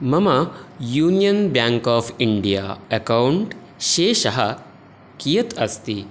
मम Union Bank of India account शेषः कियत् अस्ति